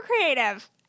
creative